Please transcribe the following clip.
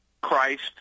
christ